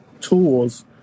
tools